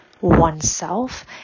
oneself